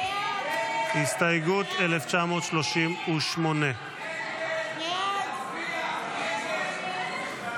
הסתייגות 1938. הסתייגות 1938 לא נתקבלה.